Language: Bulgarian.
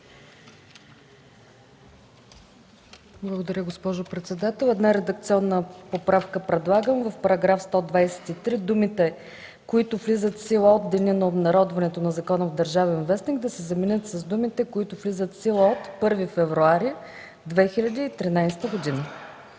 Благодаря, госпожо председател. Предлагам една редакционна поправка – в § 123 думите „които влизат в сила от деня на обнародването на закона в „Държавен вестник” да се заменят с думите „които влизат в сила от 1 февруари 2013 г.”.